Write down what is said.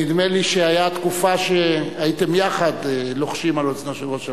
נדמה לי שהיתה תקופת שהייתם יחד לוחשים על אוזנו של ראש הממשלה,